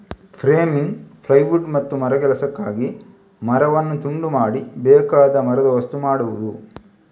framing, plywood ಮತ್ತು ಮರಗೆಲಸಕ್ಕಾಗಿ ಮರವನ್ನು ತುಂಡು ಮಾಡಿ ಬೇಕಾದ ಮರದ ವಸ್ತು ಮಾಡುದು